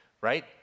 right